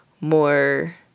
more